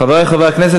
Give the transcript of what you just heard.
חברי חברי הכנסת,